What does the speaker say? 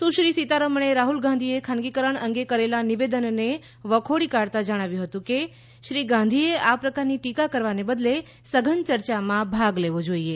સુશ્રી સી તારમણે રાહ્લ ગાંધીએ ખાનગીકરણ અંગે કરેલા નિવેદનને વખોડી કાઢતા જણાવ્યું હતું કે શ્રી ગાંધીએ આ પ્રકારની ટીકા કરવાને બદલે સઘન ચર્ચામાં ભાગ લેવો જોઈએ